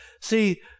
See